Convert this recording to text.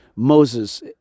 Moses